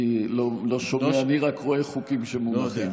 אני לא שומע, אני רק רואה חוקים שמונחים.